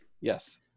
Yes